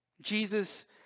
Jesus